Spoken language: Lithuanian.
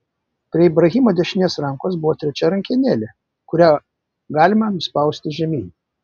prie ibrahimo dešinės rankos buvo trečia rankenėlė kurią galima nuspausti žemyn